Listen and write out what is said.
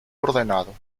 ordenado